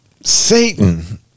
Satan